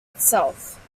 itself